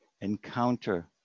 encounter